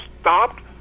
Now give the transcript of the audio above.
stopped